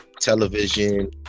Television